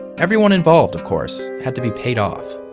everyone involved, of course, had to be paid off